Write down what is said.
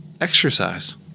exercise